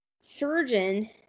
surgeon